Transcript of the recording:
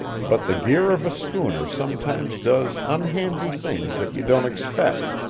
but the gear of a schooner sometimes does unhandy things that you don't expect,